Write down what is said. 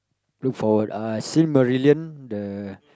look forward uh Seal-Marillion the